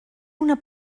una